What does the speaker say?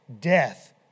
death